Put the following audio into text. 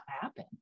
happen